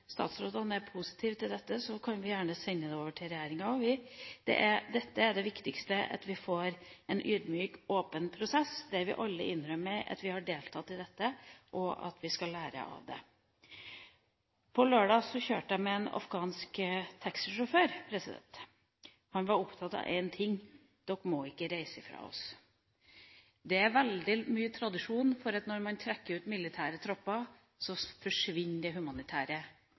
statsrådene er positiv til dette, kan vi gjerne sende forslaget over til regjeringa også. Det viktigste er at vi får en ydmyk og åpen prosess hvor vi alle innrømmer at vi har deltatt i dette, og at vi skal lære av dette. På lørdag kjørte jeg med en afghansk taxisjåfør. Han var opptatt av én ting: Dere må ikke reise ifra oss. Det er veldig mye tradisjon for at når man trekker ut militære tropper, forsvinner det humanitære